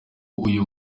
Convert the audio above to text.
uyu